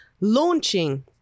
launching